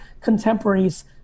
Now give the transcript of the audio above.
contemporaries